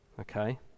Okay